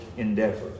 endeavor